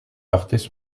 heurtaient